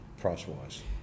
price-wise